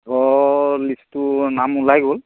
অঁ লিষ্টটো নাম ওলাই গ'ল